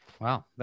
Wow